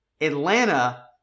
Atlanta